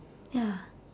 ya